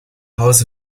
hause